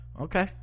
okay